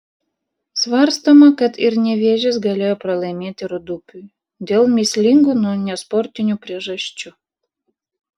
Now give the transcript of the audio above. svarstoma kad ir nevėžis galėjo pralaimėti rūdupiui dėl mįslingų nesportinių priežasčių